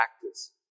practice